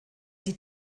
die